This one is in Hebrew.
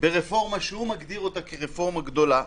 ברפורמה שהוא מגדיר אותה כרפורמה גדולה,